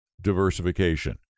diversification